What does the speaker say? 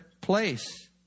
place